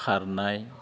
खारनाय